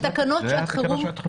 אלה תקנות שעת חירום.